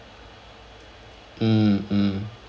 mm mm